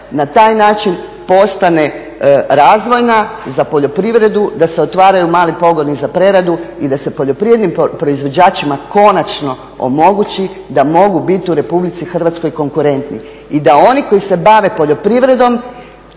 na taj način postane razvojna za poljoprivredu, da se otvaraju mali pogoni za preradu i da se poljoprivrednim proizvođačima konačno omogući da mogu biti u RH konkurentni i da oni koji se bave poljoprivredom